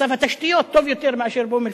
מצב התשתיות טוב יותר מאשר באום-אל-פחם?